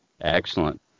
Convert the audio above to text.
Excellent